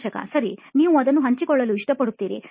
ಸಂದರ್ಶಕ ಸರಿ ನೀವು ಅದನ್ನು ಹಂಚಿಕೊಳ್ಳಲು ಇಷ್ಟಪಡುತ್ತೀರಿ